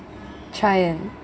try and